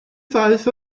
ddaeth